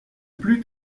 plut